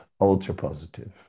Ultra-positive